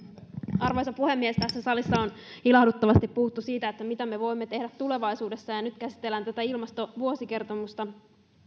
arvoisa puhemies tässä salissa on ilahduttavasti puhuttu siitä mitä me voimme tehdä tulevaisuudessa ja nyt käsitellään tätä ilmastovuosikertomusta